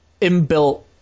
inbuilt